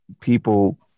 people